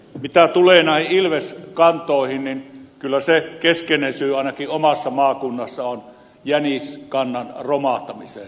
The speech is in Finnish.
mitä tulee ilveskantoihin niin kyllä se keskeinen syy ainakin omassa maakunnassani on jäniskannan romahtamiseen